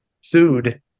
sued